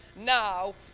now